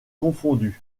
confondus